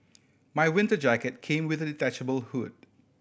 my winter jacket came with a detachable hood